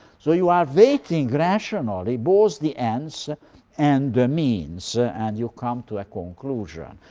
so you are weighting rationally, both the ends and the means, and you come to a conclusion.